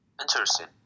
Interesting